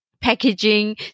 packaging